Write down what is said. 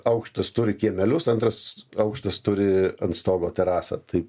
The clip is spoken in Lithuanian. aukštas turi kiemelius antras aukštas turi ant stogo terasą tai